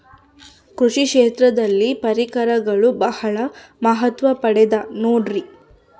ಕೃಷಿ ಕ್ಷೇತ್ರದಲ್ಲಿ ಪರಿಕರಗಳು ಬಹಳ ಮಹತ್ವ ಪಡೆದ ನೋಡ್ರಿ?